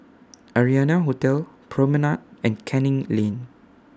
Arianna Hotel Promenade and Canning Lane